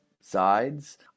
sides